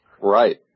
Right